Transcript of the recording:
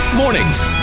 Mornings